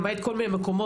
למעט כל מיני מקומות,